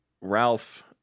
ralph